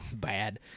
bad